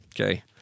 Okay